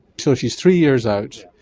so she is three years out,